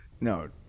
No